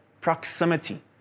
proximity